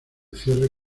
cierre